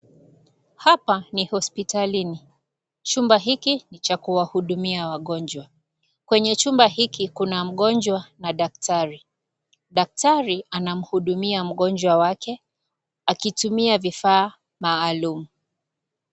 Hapa ni hospitalini, chumba hiki ni cha kuwahudumia wagonjwa. Kwenye chumba hiki kuna mgonjwa na daktari. Daktari anamhudumia mgonjwa wake akitumia vifaa maalum.